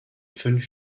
fünf